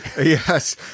Yes